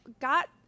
got